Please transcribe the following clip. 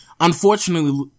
Unfortunately